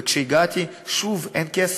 וכשהגעתי, שוב: אין כסף.